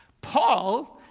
Paul